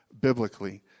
biblically